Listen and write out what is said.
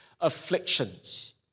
afflictions